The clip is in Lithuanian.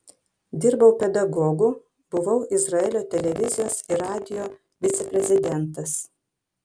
dirbau pedagogu buvau izraelio televizijos ir radijo viceprezidentas